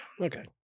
Okay